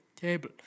table